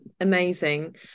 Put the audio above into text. amazing